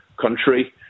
country